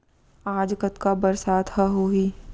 आज कतका बरसात ह होही?